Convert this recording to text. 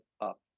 up